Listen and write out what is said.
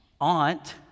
aunt